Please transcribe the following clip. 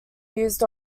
used